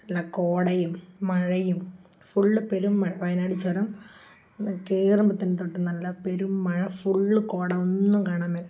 നല്ല കോടയും മഴയും ഫുള് പെരു വയനാട് ചുരം കയറുമ്പോഴത്തേനു തൊട്ടു നല്ല പെരും മഴ ഫുള് കോട ഒന്നും കാണാന്മേലാ